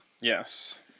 Yes